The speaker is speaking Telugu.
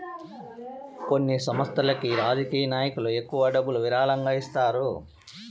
కొన్ని సంస్థలకు రాజకీయ నాయకులు ఎక్కువ డబ్బులు విరాళంగా ఇస్తారు